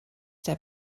der